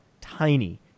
tiny